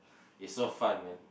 it's so fun man